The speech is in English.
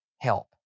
help